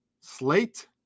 slate